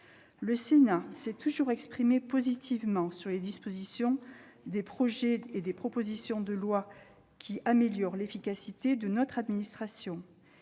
Le Sénat s'est toujours exprimé positivement sur les dispositions des projets et des propositions de loi visant à améliorer l'efficacité de notre administration.